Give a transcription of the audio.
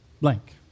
blank